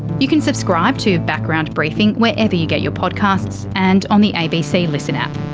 you can subscribe to background briefing wherever you get your podcasts, and on the abc listen app.